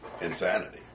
insanity